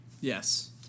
Yes